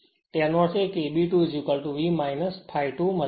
તેથી તેનો અર્થ એ કે Eb 2 V ∅2 ra